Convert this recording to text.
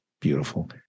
beautiful